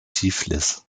tiflis